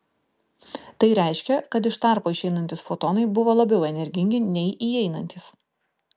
tai reiškia kad iš tarpo išeinantys fotonai buvo labiau energingi nei įeinantys